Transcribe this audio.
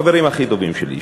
החברים הכי טובים שלי,